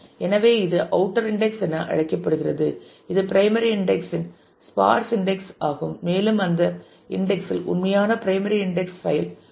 எனவே இது outer index என அழைக்கப்படுகிறது இது பிரைமரி இன்டெக்ஸ் இன் ஸ்பார்ஸ் இன்டெக்ஸ் ஆகும் மேலும் அந்த இன்டெக்ஸ் இல் உண்மையான பிரைமரி இன்டெக்ஸ் பைல் உள்ளது